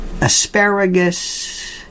asparagus